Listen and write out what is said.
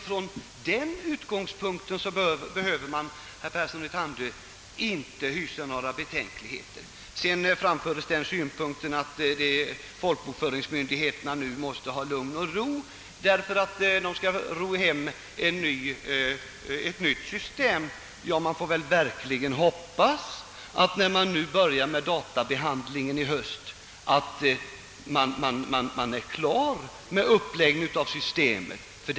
Från den utgångspunkten behöver man, herr Persson i Tandö, inte hysa några betänkligheter. Det har framförts synpunkter om att folkbokföringsmyndigheterna nu måste ha lugn och ro för att lägga upp ett nytt system. Ja, man får verkligen hoppas att uppläggningen av systemet är klar tills man i höst skall börja med databehandlingen.